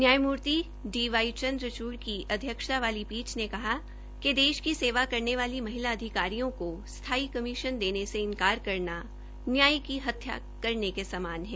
न्यायमूर्ति D Y Chandrachud की अध्यक्षता वाली पीठ ने कहा कि महिला अधिकारियों को स्थायी कमीशन देने से इन्कार करना नयाय की हत्या करने के समान है